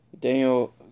Daniel